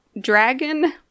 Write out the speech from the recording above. Dragon